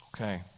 Okay